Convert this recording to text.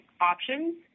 options